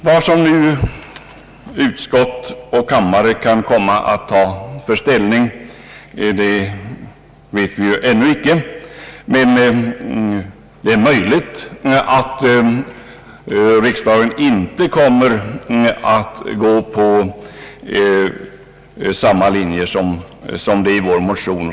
Vilken ställning utskott och kamrar kan komma att ta vet vi ännu inte, men det är möjligt att riksdagen inte kommer att gå på den linje som vi föreslagit i vår motion.